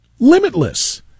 Limitless